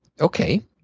Okay